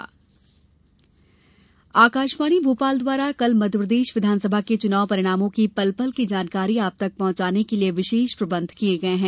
विशेष चुनाव बुलेटिन आकाशवाणी भोपाल द्वारा कल मध्यप्रदेश विधानसभा के चुनाव परिणामों की पल पल की जानकारी आप तक पहंचाने के लिये विशेष प्रबंध किये हैं